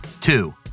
Two